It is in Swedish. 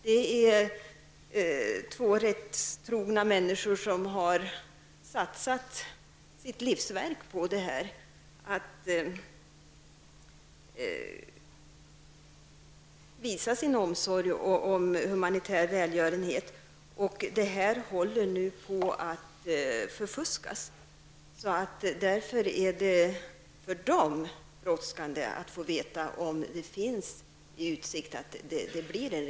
Det är fråga om två rättrogna människor som gjorde det till sitt livsverk att visa sin omsorg om humanitär välgörenhet. Detta håller nu på att förfuskas. Det är därför brådskande att få veta om det finns i utsikt att en regeländring blir av.